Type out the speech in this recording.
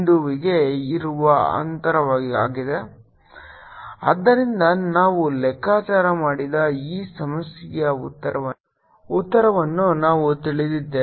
Vr 14π0σR ddzr R σR0ln Rr r≥R0 r≤R ಆದ್ದರಿಂದ ನಾವು ಲೆಕ್ಕಾಚಾರ ಮಾಡಿದ ಈ ಸಮಸ್ಯೆಯ ಉತ್ತರವನ್ನು ನಾವು ತಿಳಿದಿದ್ದೇವೆ